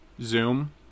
zoom